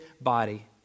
body